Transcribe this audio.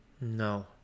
No